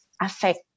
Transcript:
affect